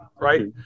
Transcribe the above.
Right